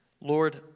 Lord